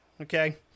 okay